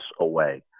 away